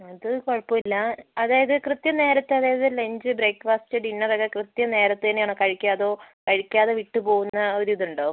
അത് കുഴപ്പമില്ല അതായത് കൃത്യം നേരത്ത് അതായത് ലഞ്ച് ബ്രേക്ക് ഫാസ്റ്റ് ഡിന്നറൊക്കേ കൃത്യം നേരത്ത് തന്നെയാണോ കഴിക്കുക അതോ കഴിക്കാതെ വിട്ടു പോകുന്ന ഒരിതുണ്ടോ